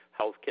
healthcare